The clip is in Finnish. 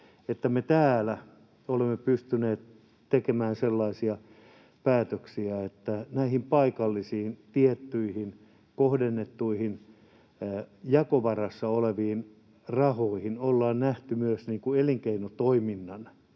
että me täällä olemme pystyneet tekemään sellaisia päätöksiä, että näissä tietyissä paikallisissa, kohdennetuissa, jakovarassa olevissa rahoissa on nähty myös elinkeinotoiminnan,